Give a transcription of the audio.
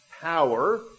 power